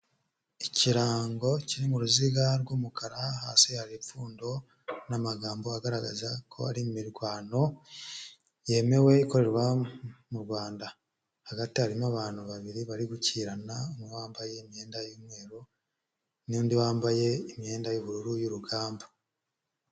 Ikirango kiri mu ruziga rw'umukara, hasi hari ipfundo n'amagambo agaragaza ko ari imirwano yemewe, ikorerwa mu Rwanda. Hagati harimo abantu babiri bari gukirana: umwe wambaye imyenda y'umweru n'undi wambaye imyenda y'ubururu y'urugamba.